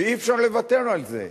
ואי-אפשר לוותר על זה.